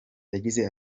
yagize